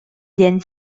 диэн